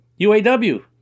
UAW